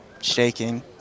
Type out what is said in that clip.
Shaking